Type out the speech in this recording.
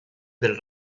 del